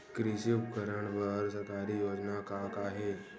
कृषि उपकरण बर सरकारी योजना का का हे?